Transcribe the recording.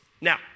Now